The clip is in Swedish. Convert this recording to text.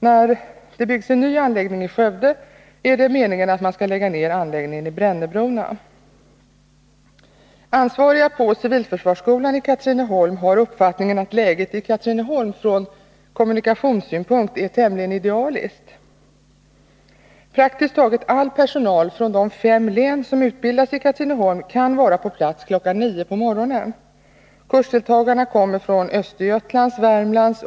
När en ny anläggning byggs i Skövde är det meningen att man skall lägga ner anläggningen i Brännebrona. Ansvariga på civilförsvarsskolan i Katrineholm har uppfattningen att läget i Katrineholm från kommunikationssynpunkt är tämligen idealiskt. Praktiskt taget all personal, från fem län, som utbildas i Katrineholm kan vara på plats kl. 9 på morgonen. Kursdeltagarna kommer från Östergötlands, Värmlands.